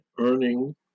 earning